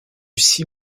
six